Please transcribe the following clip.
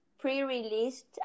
pre-released